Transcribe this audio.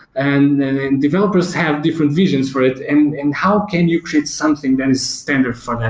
and developers have different visions for it, and and how can you create something that is standard for that.